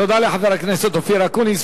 תודה לחבר הכנסת אופיר אקוניס.